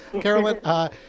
Carolyn